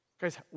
Guys